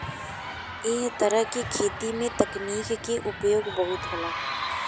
ऐ तरह के खेती में तकनीक के उपयोग बहुत होला